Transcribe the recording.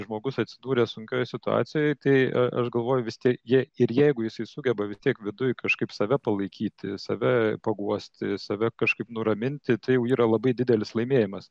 žmogus atsidūrė sunkioj situacijoj tai aš galvoju vis tiek jie ir jeigu jisai sugeba tiek viduj kažkaip save palaikyti save paguosti save kažkaip nuraminti tai jau yra labai didelis laimėjimas